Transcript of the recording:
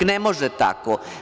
Ne može tako.